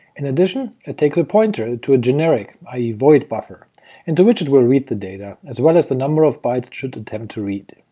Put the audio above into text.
in addition, it takes a pointer to a generic i e. void buffer into which it will read the data, as well as the number of bytes it should attempt to read.